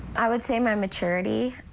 i would say my maturity.